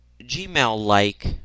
Gmail-like